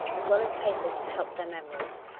as well as papers to help their memories,